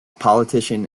politician